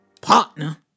partner